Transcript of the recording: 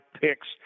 picks